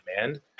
demand